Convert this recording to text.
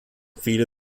viele